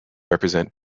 represent